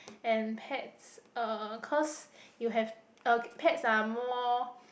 and pets uh cause you have uh pets are more